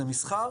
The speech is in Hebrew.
זה מסחר.